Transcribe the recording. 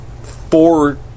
Four